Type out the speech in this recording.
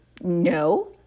No